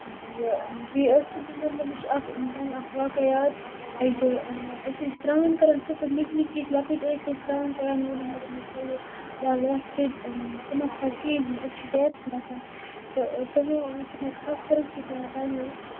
یہِ بیٚیہِ ٲسٕس بہٕ مطلب مےٚ چھُ اکھ پنُن اکھ واقع یاد اَکہِ دۄہ ٲسۍ أسۍ سران کران یِتھٕے پٲٹھِ نِکۍ نِکۍ ٲسۍ لکٕٹۍ ٲسۍ سران کران ووٚن مےٚ یِمو کوریو وَل وَس ژٕ تہِ ژٕ مہ کھوژ کِہینۍ أسۍ چھِ ژےٚ یتنسٕے تہٕ تِمو أنِس بہٕ تھپھ کٔرِتھ تہٕ ییٚلہِ بلہٕ کۄلہِ ؤژھٕس